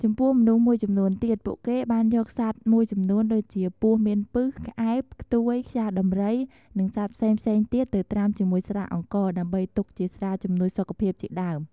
ចំពោះមនុស្សមួយចំនួនទៀតពួកគេបានយកសត្វមួយចំនួនដួចជា ពស់មានពិស ក្អែប ខ្ទួយ ខ្យាដំរី និងសត្វផ្សេងៗទៀតទៅត្រាំជាមួយស្រាអង្ករ ដើម្បីទុកជាស្រាជំនួយសុខភាពជាដើម។